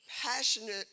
passionate